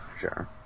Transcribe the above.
sure